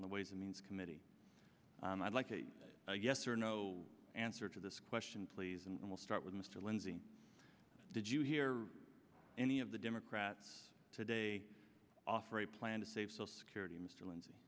on the ways and means committee and i'd like a yes or no answer to this question please and we'll start with mr lindsey did you hear any of the democrats today offer a plan to save social security mr linds